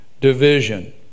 Division